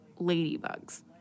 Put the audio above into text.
ladybugs